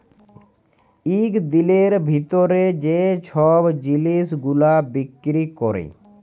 ইক দিলের ভিতরে যে ছব জিলিস গুলা বিক্কিরি ক্যরে